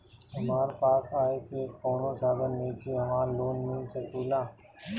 हमरा पास आय के कवनो साधन नईखे हमरा लोन मिल सकेला?